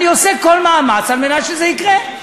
אני עושה כל מאמץ על מנת שזה יקרה.